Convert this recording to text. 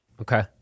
Okay